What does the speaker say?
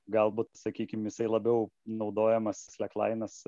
galbūt sakykim jisai labiau naudojamas sleklainas